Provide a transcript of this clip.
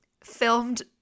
filmed